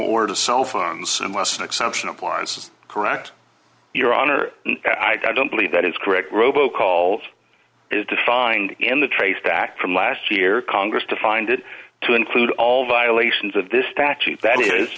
or to cell phones and was an exception applies correct your honor i don't believe that is correct robocall is defined in the traceback from last year congress defined it to include all violations of this statute that is